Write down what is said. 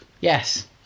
Yes